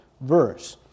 verse